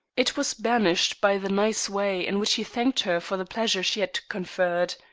it was banished by the nice way in which he thanked her for the pleasure she had conferred.